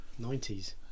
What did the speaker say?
90s